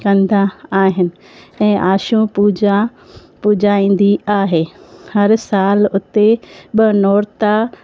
कंदा आहिनि ऐं आशाऊं पूॼा पुॼाईंदी आहे हर साल उते बि नौरता